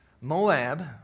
Moab